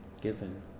given